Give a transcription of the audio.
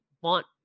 want